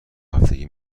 هفتگی